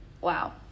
Wow